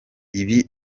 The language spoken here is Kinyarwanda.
ibi